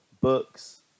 books